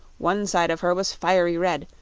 one side of her was fiery red,